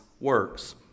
works